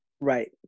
Right